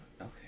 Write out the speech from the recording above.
Okay